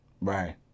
right